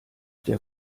der